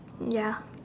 ya